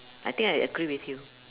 I think I agree with you